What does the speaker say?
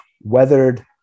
weathered